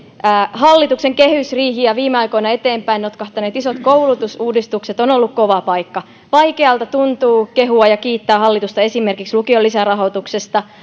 hallituksen kehysriihi ja viime aikoina eteenpäin notkahtaneet isot koulutusuudistukset ovat olleet kova paikka vaikealta tuntuu kehua ja kiittää hallitusta esimerkiksi lukion lisärahoituksesta